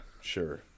sure